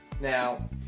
Now